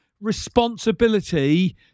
responsibility